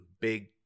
big